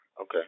Okay